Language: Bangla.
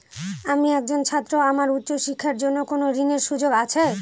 আমি একজন ছাত্র আমার উচ্চ শিক্ষার জন্য কোন ঋণের সুযোগ আছে?